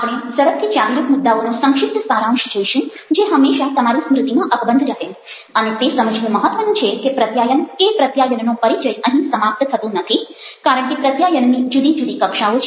આપણે ઝડપથી ચાવીરૂપ મુદ્દાઓનો સંક્ષિપ્ત સારાંશ જોઈશું જે હંમેશાં તમારી સ્મૃતિમાં અકબંધ રહે અને તે સમજવું મહત્વનું છે કે પ્રત્યાયન કે પ્રત્યાયનનો પરિચય અહીં સમાપ્ત થતો નથી કારણ કે પ્રત્યાયનની જુદી જુદી કક્ષાઓ છે